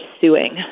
suing